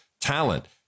Talent